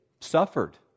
suffered